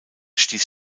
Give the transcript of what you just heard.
stieß